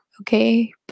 okay